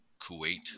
Kuwait